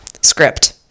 script